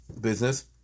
business